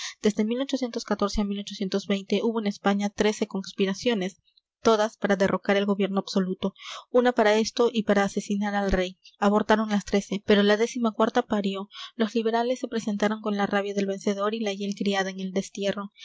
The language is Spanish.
insepulto desde a hubo en españa trece conspiraciones todas para derrocar el gobierno absoluto una para esto y para asesinar al rey abortaron las trece pero la décima cuarta parió los liberales se presentaron con la rabia del vencedor y la hiel criada en el destierro